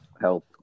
health